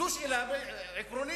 זו שאלה עקרונית.